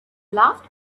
laughed